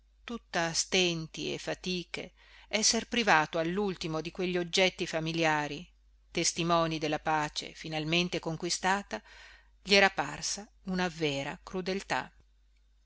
tutta stenti e fatiche esser privato allultimo di quegli oggetti familiari testimoni della pace finalmente conquistata gli era parsa una vera crudeltà